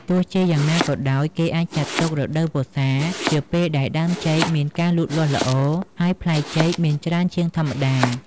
ទោះជាយ៉ាងណាក៏ដោយ គេអាចចាត់ទុក រដូវវស្សា ជាពេលដែលដើមចេកមានការលូតលាស់ល្អ ហើយផ្លែចេកមានច្រើនជាងធម្មតា។